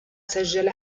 سجل